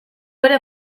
ere